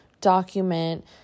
document